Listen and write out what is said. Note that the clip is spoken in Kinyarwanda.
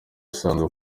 usanzwe